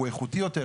הוא איכותי יותר,